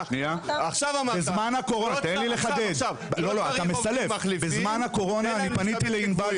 תן לי לחדד: בזמן הקורונה אני פניתי לענבל